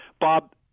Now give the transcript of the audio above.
Bob